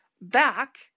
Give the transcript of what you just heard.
back